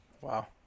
wow